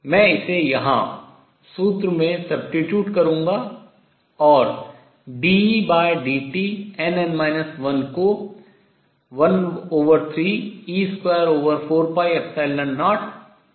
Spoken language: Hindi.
मैं इसे यहां सूत्र में substitute स्थानापन्न करूंगा